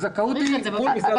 הזכאות היא בטיפול משרד הבריאות.